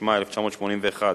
התשמ"א 1981,